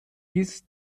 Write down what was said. ist